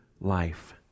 life